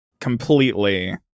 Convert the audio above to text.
completely